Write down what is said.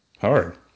Hard